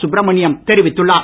சுப்ரமணியம் தெரிவித்துள்ளார்